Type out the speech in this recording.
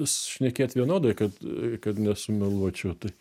šnekėt vienodai kad kad nesumeluočiau tai